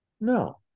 No